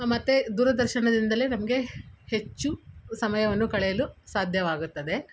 ಮತ್ತು ದೂರದರ್ಶನದಿಂದಲೇ ನಮಗೆ ಹೆಚ್ಚು ಸಮಯವನ್ನು ಕಳೆಯಲು ಸಾಧ್ಯವಾಗುತ್ತದೆ